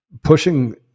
pushing